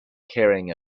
carrying